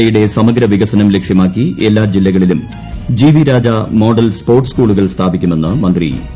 കായിക മേഖലയുടെ സമഗ്ര വികസനം ലക്ഷ്യമാക്കി എല്ലാ ജില്ലകളിലും G V Raja model sports സ്കൂളുകൾ സ്ഥാപിക്കുമെന്ന് മന്ത്രി ഇ പി ജയരാജൻ